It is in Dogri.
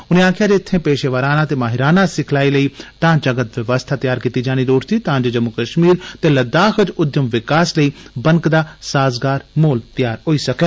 उने आक्खेआ जे इत्थे पेशेवाराना ते माहिराना सिखलाई लेई ढांचागत बवस्था तैआर कीती जानी लोड़चदी तां जे जम्मू कश्मीर ते लद्दाख च उद्यम विकास लेई बनकदा साजगार माहोल तैआर होई सकै